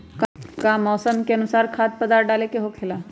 का मौसम के अनुकूल खाद्य पदार्थ डाले के होखेला?